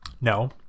No